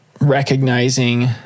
recognizing